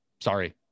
Sorry